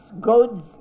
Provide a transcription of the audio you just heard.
goods